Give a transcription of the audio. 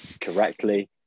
correctly